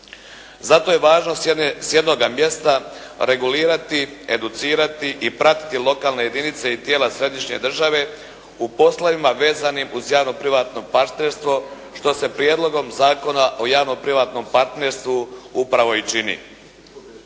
Zato je važno s jednoga mjesta regulirati, educirati i pratiti lokalne jedinice i tijela središnje države u poslovima vezanim uz javno privatno partnerstvo što se prijedlogom zakona o javno-privatnom partnerstvu upravo i čini.